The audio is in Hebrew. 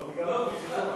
לא, בכלל, בכלל.